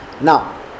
Now